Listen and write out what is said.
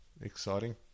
exciting